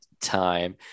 time